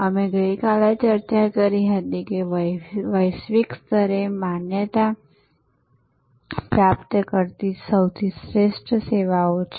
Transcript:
અમે ગઈકાલે ચર્ચા કરી હતી કે વૈશ્વિક સ્તરે માન્યતા પ્રાપ્ત કરતી સૌથી શ્રેષ્ઠ સેવાઓ છે